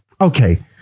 okay